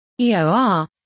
EOR